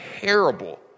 terrible